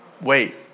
Wait